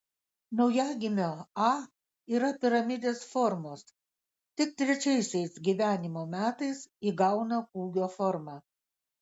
naujagimio a yra piramidės formos tik trečiaisiais gyvenimo metais įgauna kūgio formą